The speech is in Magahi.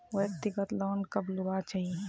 व्यक्तिगत लोन कब लुबार चही?